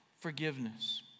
forgiveness